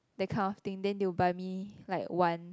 that kind of thing then you buy me like one